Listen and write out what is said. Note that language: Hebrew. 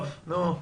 טוב, נו,